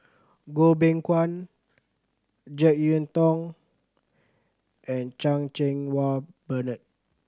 Goh Beng Kwan Jek Yeun Thong and Chan Cheng Wah Bernard